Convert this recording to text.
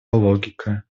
логика